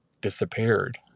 disappeared